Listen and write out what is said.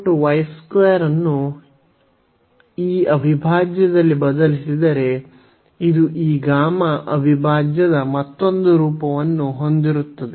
ನಾವು x y 2 ಅನ್ನು ಈ ಅವಿಭಾಜ್ಯದಲ್ಲಿ ಬದಲಿಸಿದರೆ ಇದು ಈ ಗಾಮಾ ಅವಿಭಾಜ್ಯದ ಮತ್ತೊಂದು ರೂಪವನ್ನು ಹೊಂದಿರುತ್ತದೆ